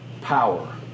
Power